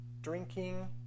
drinking